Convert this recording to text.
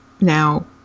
now